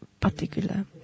particular